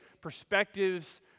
perspectives